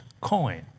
Coin